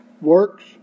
works